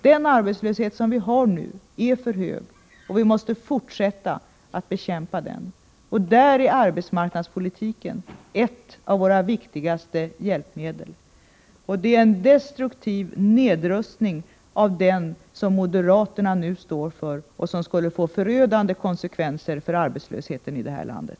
Den arbetslöshet som vi har nu är för hög, och vi måste fortsätta att bekämpa den, och därvid är arbetsmarknadspolitiken ett av våra viktigaste hjälpmedel. Det är en destruktiv nedrustning av den som moderaterna nu står för och som skulle få förödande konsekvenser för arbetslösheten i det här landet.